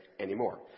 anymore